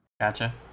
Gotcha